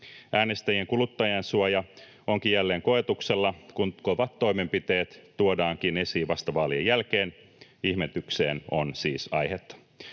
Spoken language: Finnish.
Äänestäjien kuluttajansuoja onkin jälleen koetuksella, kun kovat toimenpiteet tuodaankin esiin vasta vaalien jälkeen. Ihmetykseen on siis aihetta.